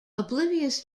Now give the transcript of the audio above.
oblivious